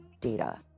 data